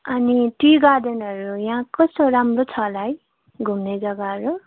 अनि टी गार्डनहरू यहाँ कस्तो राम्रो छ होला है घुम्ने जग्गाहरू